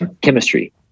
Chemistry